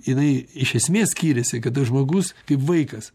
jinai iš esmės skiriasi kada žmogus kaip vaikas